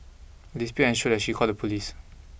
a dispute ensued and she called the police